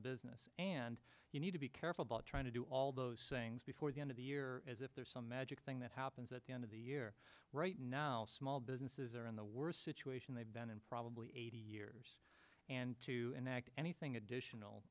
business and you need to be careful about trying to do all those things before the end of the year as if there's some magic thing that happens at the end of the year right now small businesses are in the worst situation they've been in probably eighty years and to anything additional